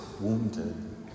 wounded